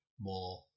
more